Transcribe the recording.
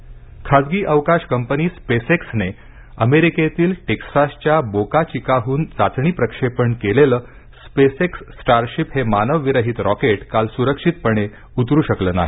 space x खाजगी अवकाश कंपनी स्पेस एक्सने अमेरिकेतील टेक्सास च्या बोका चिकाहून चाचणी प्रक्षेपण केलेलं स्पेस एक्स स्टारशिप हे मानव विरहित रॉकेट काल सुरक्षितपणे उतरू शकलं नाही